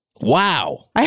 Wow